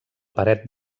paret